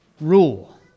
rule